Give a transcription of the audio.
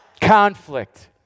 conflict